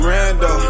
Rando